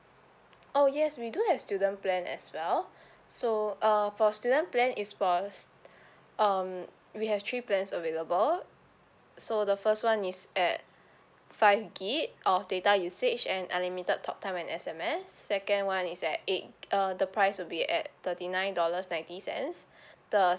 oh yes we do have student plan as well so uh for student plan is first um we have three plans available so the first one is at five gig of data usage and unlimited talk time and S_M_S second one is at eight g~ uh the price will be at thirty nine dollars ninety cents the